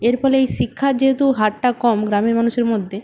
এর ফলে এই শিক্ষার যেহেতু হারটা কম গ্রামের মানুষের মধ্যে